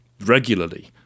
regularly